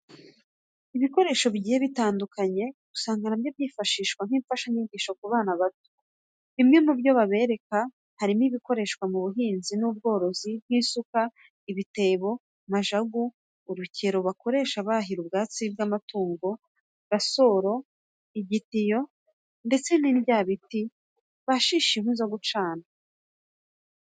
Ibikoresho bigiye bitandukanye, usanga na byo byifashishwa nk'imfashanyigisho ku bana bato. Bimwe mu byo babereka harimo, ibikoreshwa mu buhinzi n'ubworozi nk'isuka, ibitebo, majagu, urukero bakoresha bahira ubwatsi bw'amatungo, rasoro, igitiyo ndetse n'indyabiti basisha inkwi zo gucana.